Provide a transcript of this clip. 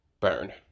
Burn